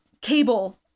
cable